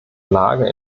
lage